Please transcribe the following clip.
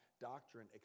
Doctrine